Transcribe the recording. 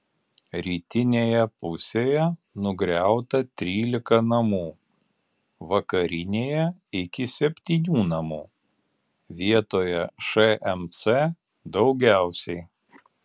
rytinėje pusėje nugriauta trylika namų vakarinėje iki septynių namų vietoje šmc daugiausiai